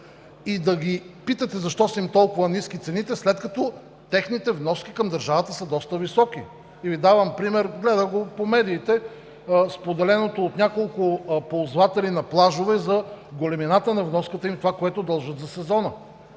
и да ги питате защо са им толкова ниски цените, след като техните вноски към държавата са доста високи. Ще Ви дам пример – гледах го по медиите, споделеното от няколко ползватели на плажове за големината на вноската и това, което дължат за сезона.